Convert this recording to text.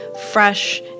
fresh